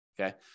Okay